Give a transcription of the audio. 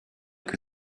que